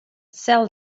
sell